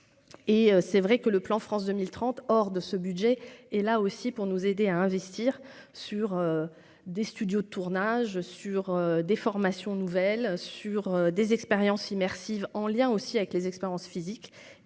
et c'est vrai que le plan France 2030 or de ce budget est là aussi pour nous aider à investir sur des studios de tournage sur des formations nouvelles sur des expériences immersives en lien aussi avec les expériences physiques